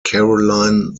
caroline